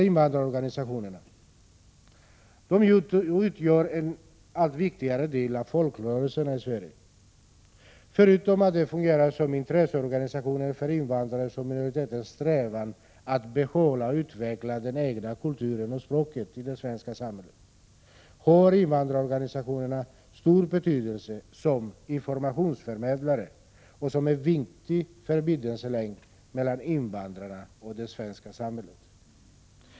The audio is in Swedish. Invandrarorganisationerna utgör en allt viktigare del av folkrörelserna i Sverige. Förutom att de fungerar som intresseorganisationer för invandrares och minoriteters strävan att behålla och utveckla den egna kulturen och det egna språket i det svenska samhället har invandrarorganisationerna stor betydelse som informationsförmedlare och som en viktig förbindelselänk mellan invandrarna och det svenska samhället.